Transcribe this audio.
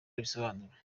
abisobanura